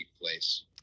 place